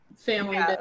family